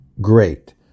great